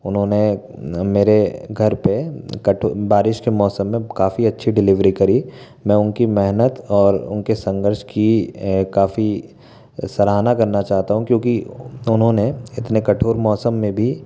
उन्होंने मेरे घर पर कट बारिश के मौसम में काफ़ी अच्छी डिलीवरी करी मैं उनकी मेहनत और उनके संघर्ष की काफ़ी सराहना करना चाहता हूँ क्योंकि उन्होंने इतने कठोर मौसम में भी